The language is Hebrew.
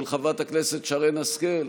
של חברת הכנסת שרן השכל.